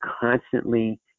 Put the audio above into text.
constantly